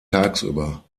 tagsüber